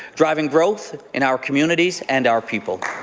driving growth in our communities and our people.